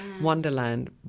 wonderland